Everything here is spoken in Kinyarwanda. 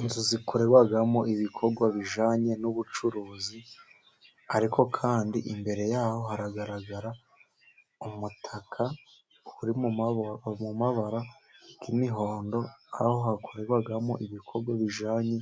Inzu zikorerwamo ibikorwa bijyanye n'ubucuruzi, ariko kandi imbere yaho haragaragara umutaka, uri mu mabara y'imihondo, aho hakorerwamo ibikorwa bijyanye